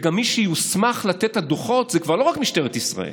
וגם מי שיוסמך לתת את הדוחות זה כבר לא רק משטרת ישראל,